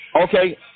Okay